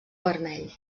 vermell